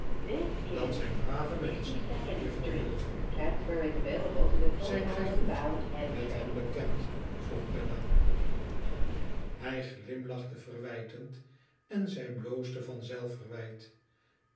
dat zijn brave menschen juffrouw wilfer zijt gij goed met hen bekend vroeg bella hij glimlachte verwijtend en zij bloosde van